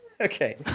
okay